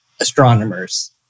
astronomers